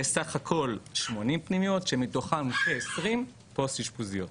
יש סך הכל 80 פנימיות שמתוכן כ-20 פוסט אשפוזיות.